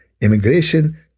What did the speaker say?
immigration